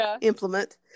implement